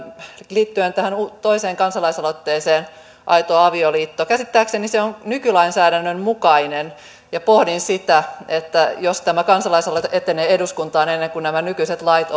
liittyen tähän toiseen kansalaisaloitteeseen aito avioliitto käsittääkseni se on nykylainsäädännön mukainen ja pohdin sitä että jos tämä kansalaisaloite etenee eduskuntaan ennen kuin nämä nykyiset lait